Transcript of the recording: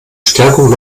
stärkung